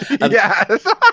Yes